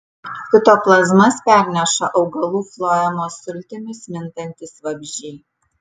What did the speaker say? fitoplazmas perneša augalų floemos sultimis mintantys vabzdžiai